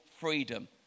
freedom